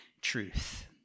truth